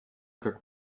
как